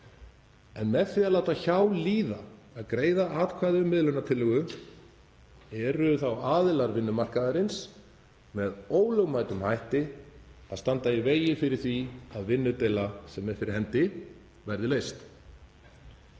Með því að láta hjá líða að greiða atkvæði um miðlunartillögu eru aðilar vinnumarkaðarins með ólögmætum hætti að standa í vegi fyrir því að vinnudeila sem er fyrir hendi verði leyst.